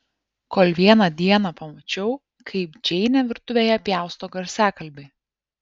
kol vieną dieną pamačiau kaip džeinė virtuvėje pjausto garsiakalbį